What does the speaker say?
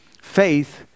Faith